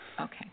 okay